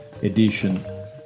edition